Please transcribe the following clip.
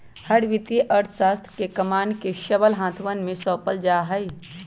हर वित्तीय अर्थशास्त्र के कमान के सबल हाथवन में सौंपल जा हई